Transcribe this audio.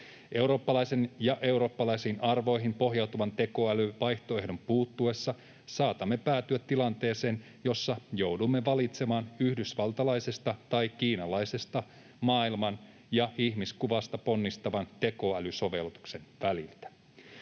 Eurooppalaisen ja eurooppalaisiin arvoihin pohjautuvan tekoälyn vaihtoehdon puuttuessa saatamme päätyä tilanteeseen, jossa joudumme valitsemaan yhdysvaltalaisesta tai kiinalaisesta maailman- ja ihmiskuvasta ponnistavan tekoälysovellutuksen väliltä.